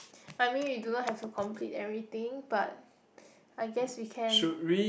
I mean we do not have to complete everything but I guess we can